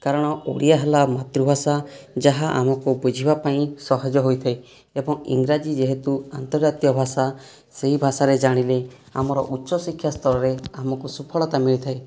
କାରଣ ଓଡ଼ିଆ ହେଲା ମାତୃଭାଷା ଯାହା ଆମକୁ ବୁଝିବା ପାଇଁ ସହଜ ହୋଇଥାଏ ଏବଂ ଇଂରାଜୀ ଯେହେତୁ ଆର୍ନ୍ତଜାତୀୟ ଭାଷା ସେହି ଭାଷାରେ ଜାଣିଲେ ଆମର ଉଚ୍ଚଶିକ୍ଷା ସ୍ତରରେ ଆମକୁ ସଫଳତା ମିଳିଥାଏ